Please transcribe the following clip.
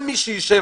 רוב מי שיושב